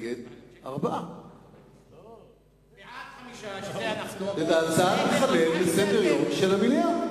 מתנגדים, 4. ההצעה תיכלל בסדר-היום של המליאה.